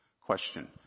Question